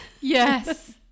yes